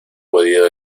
podido